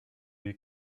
you